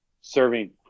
serving